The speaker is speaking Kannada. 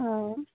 ಹಾಂ